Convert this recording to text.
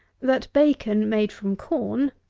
that bacon, made from corn,